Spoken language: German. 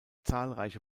zahlreiche